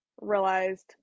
realized